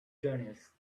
journeys